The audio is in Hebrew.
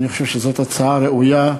אני חושב שזאת הצעה ראויה,